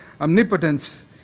omnipotence